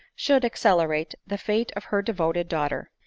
should accelerate the fate of her devoted daughter.